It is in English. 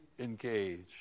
engaged